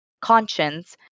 conscience